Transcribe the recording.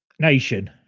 nation